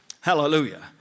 Hallelujah